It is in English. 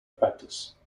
practice